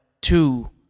two